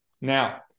Now